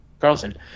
Carlson